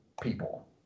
people